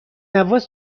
نواز